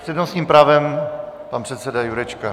S přednostním právem pan předseda Jurečka.